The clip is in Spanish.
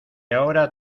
ahora